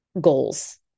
goals